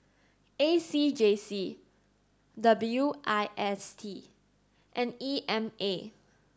A C J C W I S T and E M A